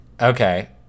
okay